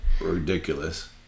Ridiculous